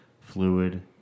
fluid